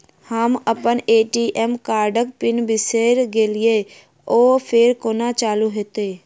हम अप्पन ए.टी.एम कार्डक पिन बिसैर गेलियै ओ फेर कोना चालु होइत?